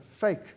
fake